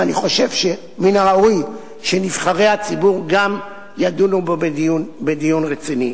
ואני חושב שמן הראוי שגם נבחרי הציבור ידונו בו בדיון רציני.